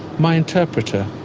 my interpreter,